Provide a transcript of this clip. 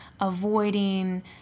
avoiding